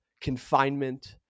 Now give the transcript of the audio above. confinement